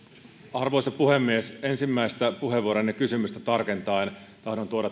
arvoisa puhemies ensimmäisen puheenvuoroni kysymystä tarkentaen tahdon tuoda